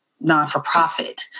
non-for-profit